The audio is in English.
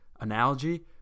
analogy